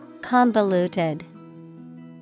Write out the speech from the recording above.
Convoluted